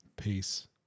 Peace